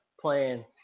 playing